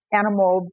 animal